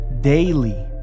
daily